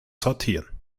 sortieren